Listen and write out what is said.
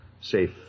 Safe